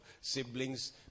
siblings